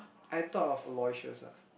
I thought of Aloysius ah